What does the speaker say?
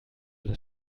das